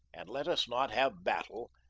and let us not have battle,